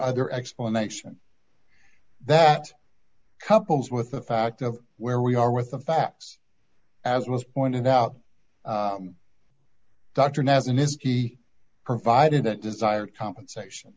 other explanation that couples with the fact of where we are with the facts as was pointed out dr nasm is he provided that desired compensation